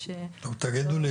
תגידו לי